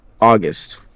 August